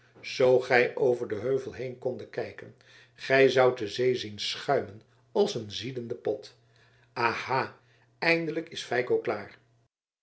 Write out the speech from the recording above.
zoo gij over den heuvel heen kondet kijken gij zoudt de zee zien schuimen als een ziedende pot aha eindelijk is feiko klaar